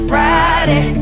Friday